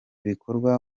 bigakorwa